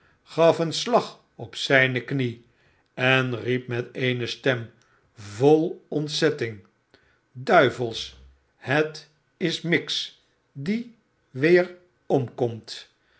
gaf een slag op zijne knie en riep met eene stem vol ontzetting duivelsch het is miggs die weeromkomt